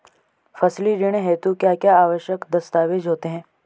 फसली ऋण हेतु क्या क्या आवश्यक दस्तावेज़ होते हैं?